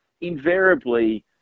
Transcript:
invariably